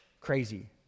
crazy